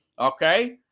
okay